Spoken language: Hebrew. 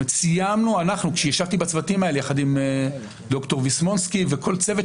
כשישבתי בצוותים האלה יחד עם ד"ר ויסמונסקי וצוות